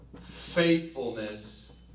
faithfulness